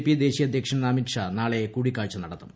P ദേശീയ അധ്യക്ഷൻ അമിത്ഷാ നാളെ കൂടിക്കാഴ്ച നടത്തും